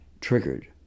triggered